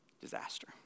disaster